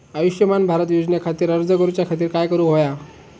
आयुष्यमान भारत योजने खातिर अर्ज करूच्या खातिर काय करुक होया?